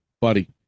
buddy